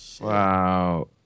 Wow